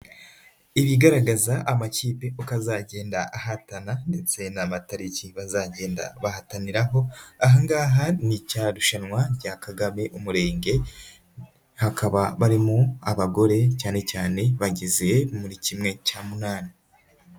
Ibigaragaza amakipe uko azagenda ahatana ndetse n'amatariki bazagenda bahataniraho, aha ngaha ni rya rushanwa rya Kagame umurenge, hakaba barimo abagore cyane cyane bageze muri kimwe cya munani.